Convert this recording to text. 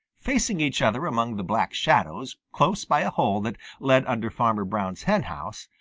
facing each other among the black shadows close by a hole that led under farmer brown's henhouse,